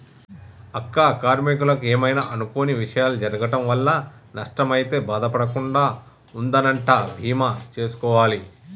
అక్క కార్మీకులకు ఏమైనా అనుకొని విషయాలు జరగటం వల్ల నష్టం అయితే బాధ పడకుండా ఉందనంటా బీమా సేసుకోవాలి